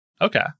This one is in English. Okay